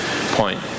point